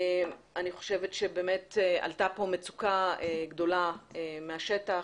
עלתה פה מצוקה גדולה מהשטח,